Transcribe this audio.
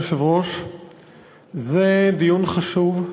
זה דיון חשוב,